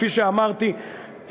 כפי שאמרתי,